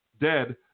dead